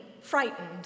frightened